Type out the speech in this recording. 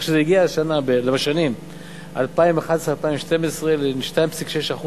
בשנים 2011 ו-2012 זה הגיע לשיעור של 2.6%